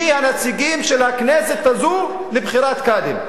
מי הנציגים של הכנסת הזו לבחירת קאדים,